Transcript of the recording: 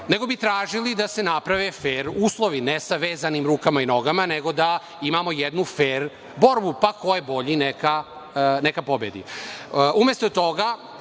nego bi tražili da se naprave fer uslovi. Ne sa vezanim rukama i nogama, nego da imamo jednu fer borbu, pa ko je bolji neka pobedi. Umesto